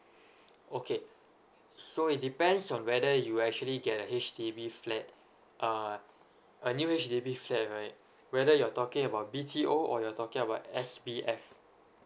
okay so it depends on whether you actually get a H_D_B flat uh a new H_D_B flat right whether you're talking about B_T_O or you're talking about S_B_F